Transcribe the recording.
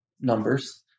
numbers